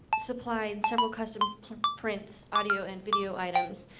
supplied several custom prints, audio and video items,